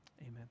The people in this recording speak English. Amen